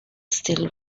still